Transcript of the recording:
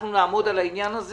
אנחנו נעמוד על העניין הזה